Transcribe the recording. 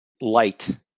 light